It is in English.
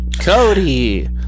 Cody